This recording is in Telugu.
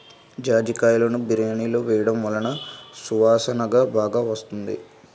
జాజికాయలును బిర్యానిలో వేయడం వలన సువాసన బాగా వస్తుంది